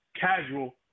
casual